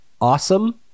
awesome